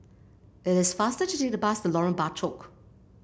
it is faster to take the bus to Lorong Bachok